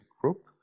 group